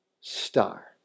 star